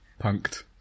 Punked